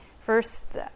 first